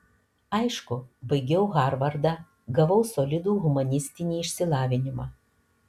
aišku baigiau harvardą gavau solidų humanistinį išsilavinimą